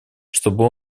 чтобы